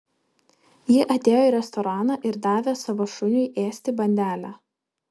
ji atėjo į restoraną ir davė savo šuniui ėsti bandelę